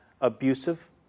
abusive